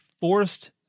forced